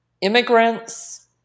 immigrants